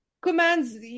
Commands